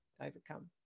overcome